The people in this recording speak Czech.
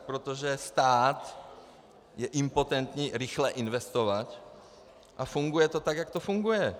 Protože stát je impotentní rychle investovat a funguje to tak, jak to funguje.